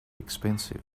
expensive